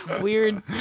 Weird